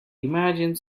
imagine